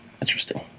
interesting